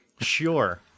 Sure